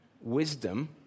wisdom